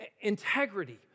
integrity